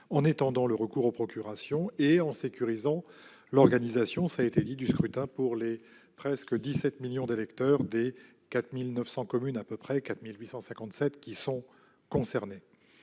en étendant le recours aux procurations et en sécurisant l'organisation du scrutin pour les presque 17 millions d'électeurs des 4 857 communes concernées.